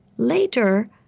later,